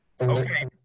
Okay